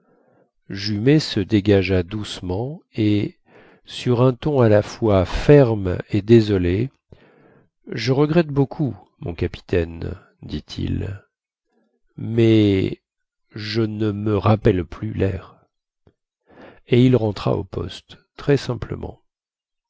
jumet se dégagea doucement et sur un ton à la fois ferme et désolé je regrette beaucoup mon capitaine dit-il mais je ne me rappelle plus lair et il rentra au poste très simplement